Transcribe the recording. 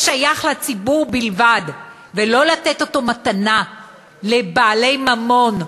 שייך לציבור בלבד, ולא לתת אותו מתנה לבעלי ממון,